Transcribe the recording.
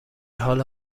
حال